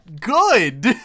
good